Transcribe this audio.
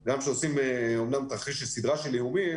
גם כשעושים אומנם תרחיש לסדרה של איומים,